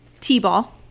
t-ball